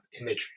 imagery